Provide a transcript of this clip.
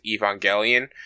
Evangelion